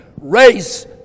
race